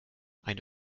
eine